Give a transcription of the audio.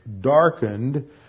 darkened